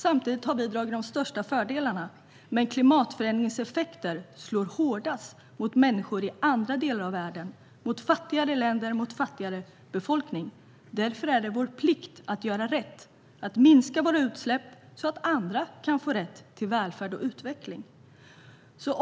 Samtidigt har vi dragit de största fördelarna medan klimatförändringseffekter slår hårdast mot människor i andra delar av världen - mot fattigare länder och fattigare befolkningar. Därför är det vår plikt att göra rätt och minska våra utsläpp så att andra kan få rätt till välfärd och utveckling.